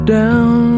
down